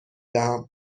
دهم